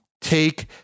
take